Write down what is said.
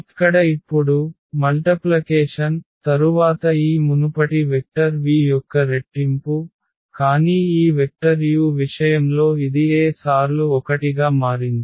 ఇక్కడ ఇప్పుడు గుణకారం తరువాత ఈ మునుపటి వెక్టర్ v యొక్క రెట్టింపు కానీ ఈ వెక్టర్ u విషయంలో ఇది A సార్లు ఒకటిగా మారింది